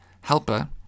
helper